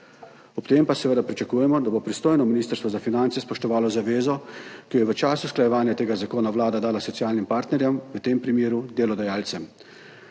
Ob tem pa seveda pričakujemo, da bo pristojno Ministrstvo za finance spoštovalo zavezo, ki jo je v času usklajevanja tega zakona Vlada dala socialnim partnerjem, v tem primeru delodajalcem.